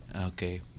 okay